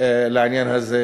לעניין הזה,